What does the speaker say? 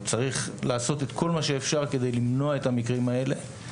צריך לעשות את כל מה שאפשר כדי למנוע את המקרים האלה.